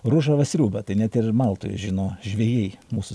ružavą sriubą tai net ir maltoje žino žvejai mūsų